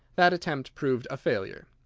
that attempt proved a failure.